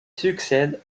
succède